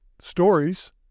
Stories